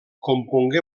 compongué